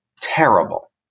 terrible